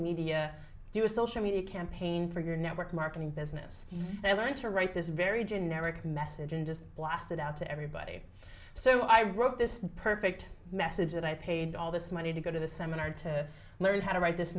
media do a social media campaign for your network marketing business and i learned to write this very generic message and just blasted out to everybody so i wrote this perfect message that i paid all this money to go to the seminar to learn how to write this